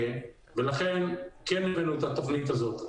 ולכן כן הבאנו את התוכנית הזאת.